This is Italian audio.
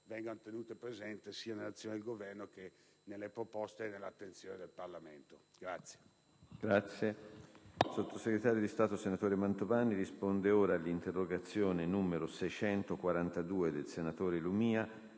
vengano tenute presenti sia nell'azione del Governo che nelle proposte e nell'attenzione del Parlamento.